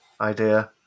idea